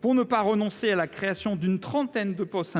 Pour ne pas renoncer à l'indispensable création d'une trentaine de postes,